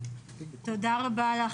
תודה רבה.